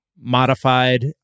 Modified